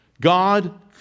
God